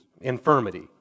infirmity